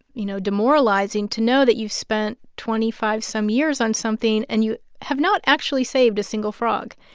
you know demoralizing to know that you spent twenty five some years on something, and you have not actually saved a single frog.